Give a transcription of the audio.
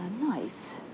nice